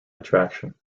attraction